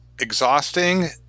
exhausting